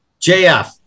JF